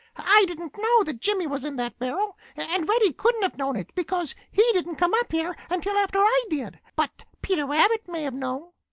i didn't know that jimmy was in that barrel, and reddy couldn't have known it, because he didn't come up here until after i did. but peter rabbit may have known.